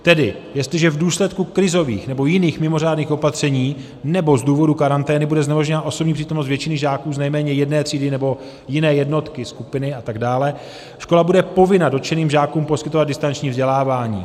Tedy jestliže v důsledku krizových nebo jiných mimořádných opatření nebo z důvodu karantény bude znemožněna osobní přítomnost většiny žáků z nejméně jedné třídy nebo jiné jednotky, skupiny atd., škola bude povinna dotčeným žákům poskytovat distanční vzdělávání.